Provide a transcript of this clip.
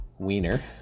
wiener